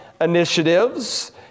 initiatives